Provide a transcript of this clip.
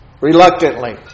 Reluctantly